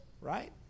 right